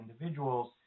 individuals